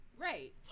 Right